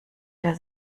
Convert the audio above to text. der